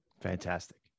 Fantastic